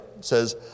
says